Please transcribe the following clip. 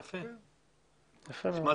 יפה מאוד.